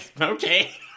okay